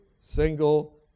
single